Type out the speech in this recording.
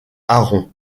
aron